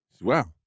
Wow